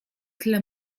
tyle